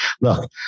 look